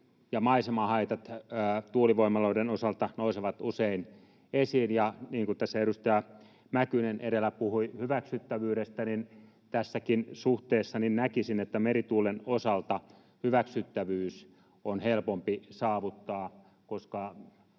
maisemahaitat tuulivoimaloiden osalta nousevat usein esiin, ja niin kuin tässä edustaja Mäkynen edellä puhui hyväksyttävyydestä, tässäkin suhteessa näkisin, että merituulen osalta hyväksyttävyys on helpompi saavuttaa, koska ihmiset eivät